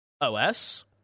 OS